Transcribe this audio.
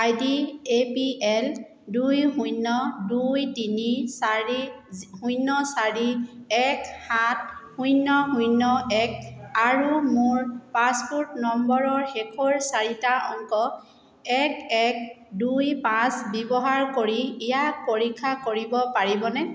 I D A P L দুই শূন্য দুই তিনি চাৰি শূন্য চাৰি এক সাত শূন্য শূন্য এক আৰু মোৰ পাছপোৰ্ট নম্বৰৰ শেষৰ চাৰিটা অংক এক এক দুই পাঁচ ব্যৱহাৰ কৰি ইয়াক পৰীক্ষা কৰিব পাৰিবনে